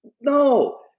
No